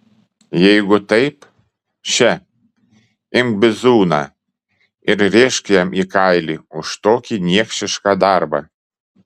jeigu taip še imk bizūną ir rėžk jam į kailį už tokį niekšišką darbą